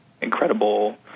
Incredible